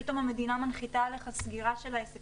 פתאום המדינה מנחיתה עליך סגירה של העסק